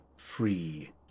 free